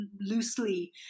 loosely